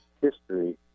history